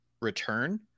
return